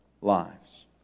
lives